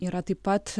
yra taip pat